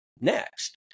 next